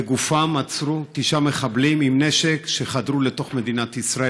בגופם עצרו תשעה מחבלים עם נשק שחדרו לתוך מדינת ישראל,